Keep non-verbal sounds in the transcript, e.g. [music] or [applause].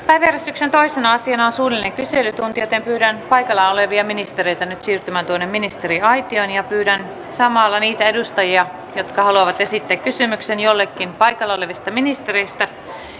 [unintelligible] päiväjärjestyksen toisena asiana on suullinen kyselytunti pyydän paikalla olevia ministereitä nyt siirtymään tuonne ministeriaitioon ja pyydän samalla niitä edustajia jotka haluavat esittää kysymyksen jollekin paikalla olevista ministereistä